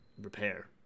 repair